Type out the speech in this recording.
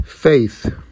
Faith